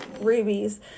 rubies